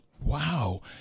Wow